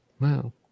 Wow